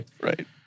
right